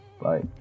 bye